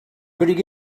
could